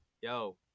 yo